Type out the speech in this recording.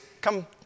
come